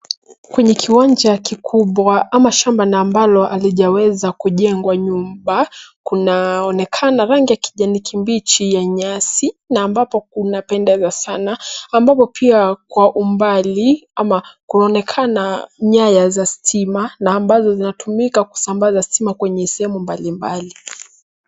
Kwenye kiwanja kikubwa ama shamba na ambalo halijaweza kujengwa nyumba, kunaonekana rangi ya kijani kibichi ya nyasi na ambapo kunapendeza sana. Ambapo pia kwa umbali, ama kuonekana nyaya za stima na ambazo zinatumika kusambaza stima kwenye sehemu mbalimbali.